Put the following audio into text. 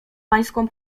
pańską